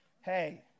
Hey